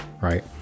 right